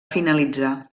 finalitzar